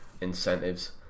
incentives